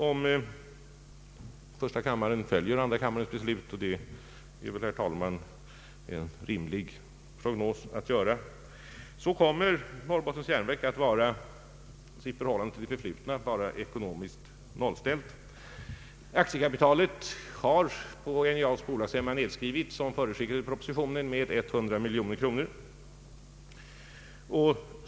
Om första kammaren följer andra kammarens beslut — och det är väl, herr talman, en rimlig prognos — kommer Norrbottens Järnverk att i förhållande till det förflutna vara ekonomiskt nollställt. Aktiekapitalet har på NJA:s bolagsstämma, som förutskickats i propositionen, nedskrivits med 100 miljoner kronor.